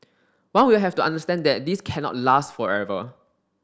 one will have to understand that this cannot last forever